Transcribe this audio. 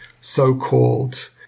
so-called